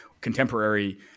contemporary